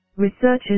Researchers